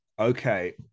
Okay